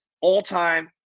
All-time